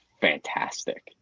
fantastic